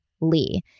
Lee